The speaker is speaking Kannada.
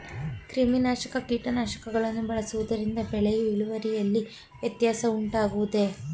ಕ್ರಿಮಿನಾಶಕ ಕೀಟನಾಶಕಗಳನ್ನು ಬಳಸುವುದರಿಂದ ಬೆಳೆಯ ಇಳುವರಿಯಲ್ಲಿ ವ್ಯತ್ಯಾಸ ಉಂಟಾಗುವುದೇ?